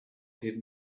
hidden